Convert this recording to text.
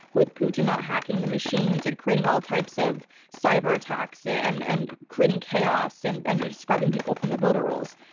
with putin not hacking hacking the machines and creating all types of cyber attacks and and creating chaos and and scrubbing people from the voter rolls.